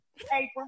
April